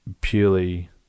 purely